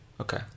Okay